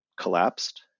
collapsed